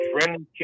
friendly